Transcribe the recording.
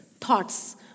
Thoughts